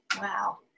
Wow